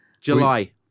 July